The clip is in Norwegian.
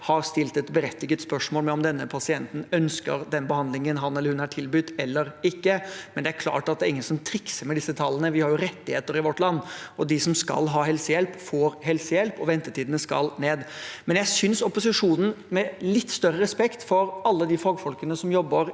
har stilt et berettiget spørsmål ved om denne pasienten ønsker den behandlingen han eller hun er tilbudt, eller ikke, men det er klart at det er ingen som trikser med disse tallene. Vi har jo rettigheter i vårt land, og de som skal ha helsehjelp, får helsehjelp – og ventetidene skal ned. Jeg synes opposisjonen, med litt større respekt for alle de fagfolkene som jobber